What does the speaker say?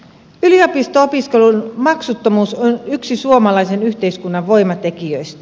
yliopisto opiskelun maksuttomuus on yksi suomalaisen yhteiskunnan voimatekijöistä